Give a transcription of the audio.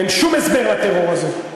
אין שום הסבר לטרור הזה.